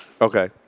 Okay